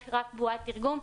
יש רק בועת תרגום,